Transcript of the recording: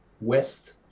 West